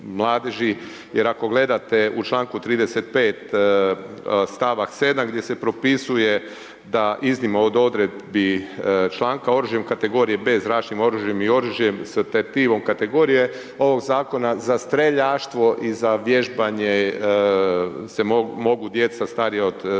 jer ako gledate u članku 35. stavak 7. gdje se propisuje da iznimno od odredbi članka oružjem kategorije B, zračnim oružjem i oružjem sa .../Govornik se ne razumije./... kategorije ovog zakona za streljaštvo i za vježbanje se mogu djeca starija od 9